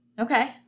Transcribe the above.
Okay